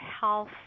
health